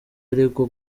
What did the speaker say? aregwa